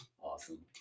Awesome